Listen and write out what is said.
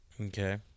Okay